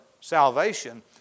salvation